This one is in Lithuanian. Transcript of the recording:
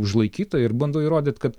užlaikyta ir bando įrodyt kad